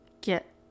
get